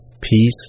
peace